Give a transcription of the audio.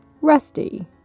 Rusty